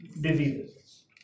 diseases